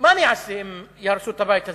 מה אני אעשה אם יהרסו את הבית הזה?